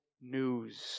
news